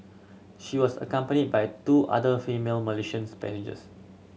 she was accompanied by two other female Malaysian 's passengers